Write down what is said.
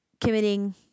committing